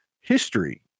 history